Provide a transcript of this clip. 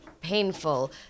painful